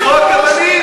לזרוק אבנים?